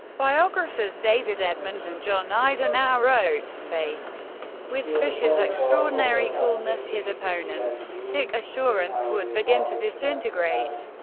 biographers david edmonds and john eidinow wrote faced with fischer's extraordinary coolness, his opponents so assurance would begin to disintegrate.